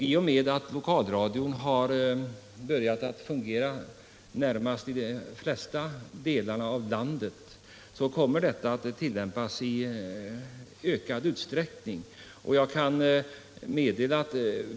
I och med att lokalradion nu börjar eller har börjat sin verksamhet på de flesta platser i Sverige kommer också sådan medverkan från radions sida att bli allt vanligare.